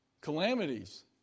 Calamities